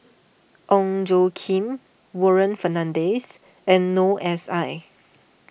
Ong Tjoe Kim Warren Fernandez and Noor S I